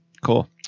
Cool